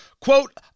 Quote